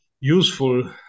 useful